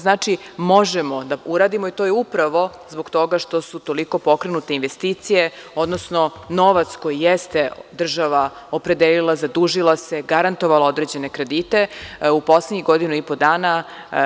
Znači, možemo da uradimo i to je upravo zbog toga što su toliko pokrenute investicije, odnosno novac koji jeste država opredelila, zadužila se, garantovala određene kredite, u poslednjih godinu i po dana